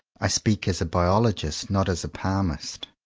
i speak as a biologist, not as a palmist.